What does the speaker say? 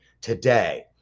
today